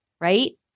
right